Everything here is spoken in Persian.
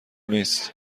نیست